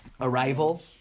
Arrival